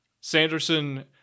Sanderson